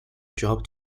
dropped